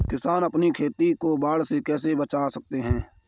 किसान अपनी खेती को बाढ़ से कैसे बचा सकते हैं?